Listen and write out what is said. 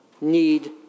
need